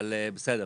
אבל בסדר,